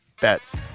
bets